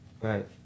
Right